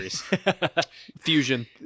Fusion